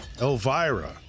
Elvira